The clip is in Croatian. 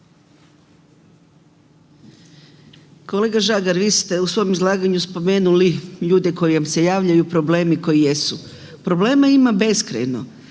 Kolega Žagar vi ste u svom izlaganju spomenuli ljude koji vam se javljaju i problemi koji jesu. Problema ima beskrajno,